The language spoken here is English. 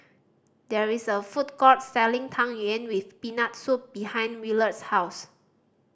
there is a food court selling Tang Yuen with Peanut Soup behind Willard's house